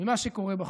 ממה שקורה בחוץ.